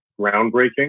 groundbreaking